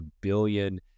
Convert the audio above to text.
billion